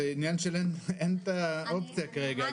זה עניין שאין את האופציה כרגע.